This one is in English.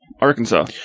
Arkansas